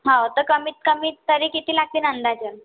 हो तर कमीतकमी तरी किती लागतीन अंदाजे